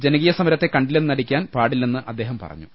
ജനകീയ സമരത്തെ കണ്ടില്ലെന്നു നടിക്കാൻ പാടില്ലെന്ന് അദ്ദേഹം പറഞ്ഞു